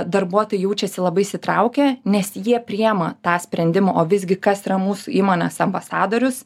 darbuotojai jaučiasi labai įsitraukę nes jie priima tą sprendimą o visgi kas yra mūsų įmonės ambasadorius